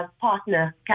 partner